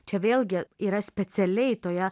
čia vėlgi yra specialiai toje